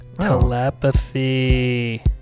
Telepathy